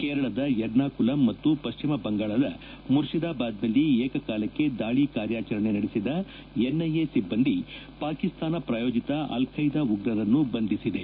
ಕೇರಳದ ಎರ್ನಾಕುಲಂ ಮತ್ತು ಪಶ್ಚಿಮ ಬಂಗಾಳದ ಮುರ್ತಿದಾಬಾದ್ನಲ್ಲಿ ಏಕಕಾಲಕ್ಷೆ ದಾಳಿ ಕಾರ್ಯಾಚರಣೆ ನಡೆಸಿದ ಎನ್ಐಎ ಸಿಬ್ಲಂದಿ ಪಾಕಿಸ್ತಾನ ಪ್ರಯೋಜಿತ ಆಲ್ ಬ್ಲೆದಾ ಉಗ್ರರನ್ನು ಬಂಧಿಸಿದೆ